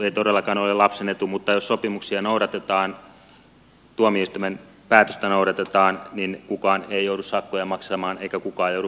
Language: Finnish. ei todellakaan ole lapsen etu mutta jos sopimuksia noudatetaan tuomioistuimen päätöstä noudatetaan kukaan ei joudu sakkoja maksamaan eikä kukaan joudu vankilaan